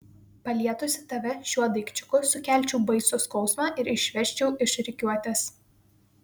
palietusi tave šiuo daikčiuku sukelčiau baisų skausmą ir išvesčiau iš rikiuotės